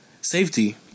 safety